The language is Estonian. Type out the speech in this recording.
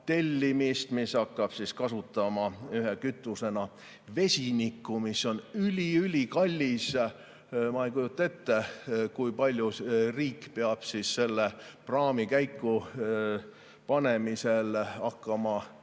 tellimist, mis hakkab kasutama ühe kütusena vesinikku, mis on ülikallis. Ma ei kujuta ette, kui palju riik peab selle praami käikupanemisel hakkama